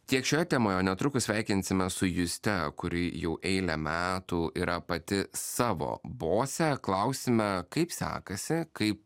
tiek šioje temoje o netrukus sveikinsime su juste kuri jau eilę metų yra pati savo bosė klausime kaip sekasi kaip